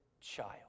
child